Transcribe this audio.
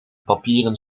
papieren